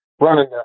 Running